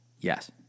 yes